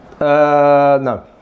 no